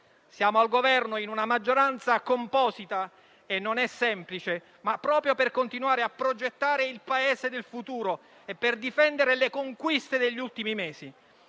Siamo al Governo, in una maggioranza composita - e non è semplice - proprio per continuare a progettare il Paese del futuro e per difendere le conquiste degli ultimi mesi.